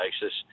basis